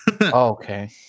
Okay